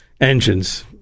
engines